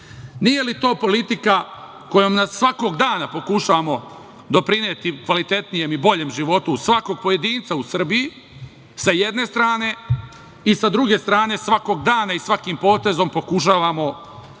nije li to politika kojom svakom danom pokušavamo doprineti kvalitetnijem i boljem životu svakog pojedinca u Srbiji, sa jedne strane, i, sa druge strane, svakog dana i svakim potezom pokušavamo doprineti